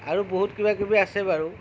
আৰু বহুত কিবা কিবি আছে বাৰু